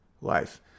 life